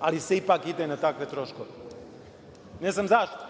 ali se ipak ide na takve troškove. Ne znam zašto.